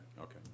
Okay